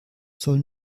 soll